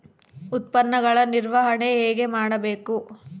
ಉತ್ಪನ್ನಗಳ ನಿರ್ವಹಣೆ ಹೇಗೆ ಮಾಡಬೇಕು?